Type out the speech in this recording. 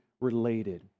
related